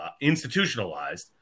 institutionalized